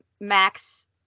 Max